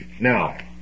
Now